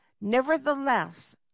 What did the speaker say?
Nevertheless